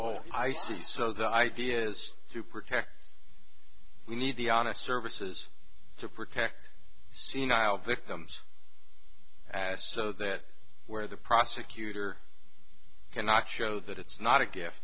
oh i see so the idea is to protect us we need the honest services to protect senile victims as so that where the prosecutor cannot show that it's not a gift